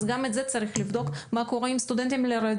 אז גם את זה צריך לבדוק: מה קורה עם סטודנטים לרדיולוגיה,